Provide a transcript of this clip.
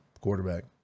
quarterback